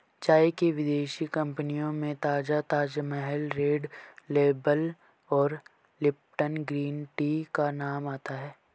चाय की विदेशी कंपनियों में ताजा ताजमहल रेड लेबल और लिपटन ग्रीन टी का नाम आता है